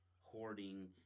hoarding